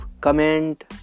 Comment